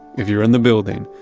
if you're in the building,